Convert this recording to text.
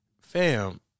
fam